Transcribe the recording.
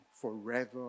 forever